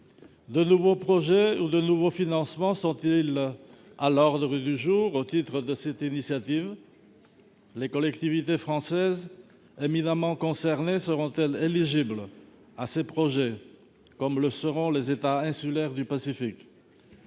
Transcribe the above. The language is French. De nouveaux projets ou de nouveaux financements sont-ils à l'ordre du jour au titre de cette initiative ? Les collectivités françaises, éminemment concernées, seront-elles éligibles à ces projets comme le seront les États insulaires du Pacifique ?